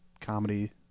comedy